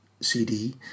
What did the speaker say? CD